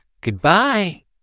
Goodbye